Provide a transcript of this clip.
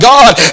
God